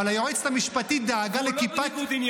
אבל היועצת המשפטית דאגה --- הוא יביא.